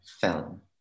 film